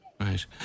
Right